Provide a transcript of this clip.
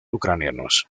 ucranianos